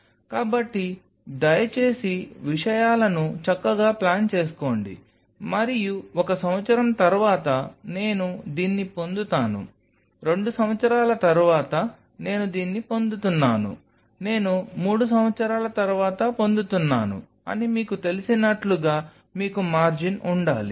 కాబట్టి దయచేసి విషయాలను చక్కగా ప్లాన్ చేసుకోండి మరియు ఒక సంవత్సరం తర్వాత నేను దీన్ని పొందుతాను రెండు సంవత్సరాల తర్వాత నేను దీన్ని పొందబోతున్నాను నేను మూడు సంవత్సరాల తర్వాత పొందబోతున్నాను అని మీకు తెలిసినట్లుగా మీకు మార్జిన్ ఉండాలి